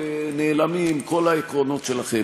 נעלמים כל העקרונות שלכם.